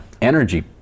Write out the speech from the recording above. energy